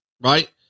right